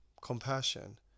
Compassion